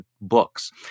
books